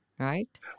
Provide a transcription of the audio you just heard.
Right